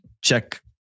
Check